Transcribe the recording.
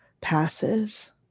passes